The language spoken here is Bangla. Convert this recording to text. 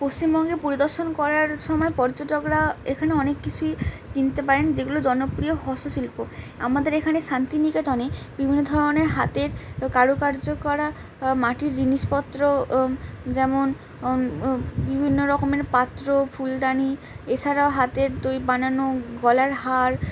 পশ্চিমবঙ্গে পরিদর্শন করার সময় পর্যটকরা এখানে অনেক কিছুই কিনতে পারেন যেগুলো জনপ্রিয় হসশিল্প আমাদের এখানে শান্তিনিকেতনে বিভিন্ন ধরনের হাতের কারুকার্য করা মাটির জিনিসপত্র যেমন বিভিন্ন রকমের পাত্র ফুলদানি এছাড়াও হাতের দই বানানো গলার হার